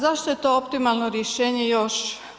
Zašto je to optimalno rješenje još?